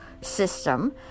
system